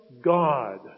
God